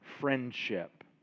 friendship